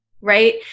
right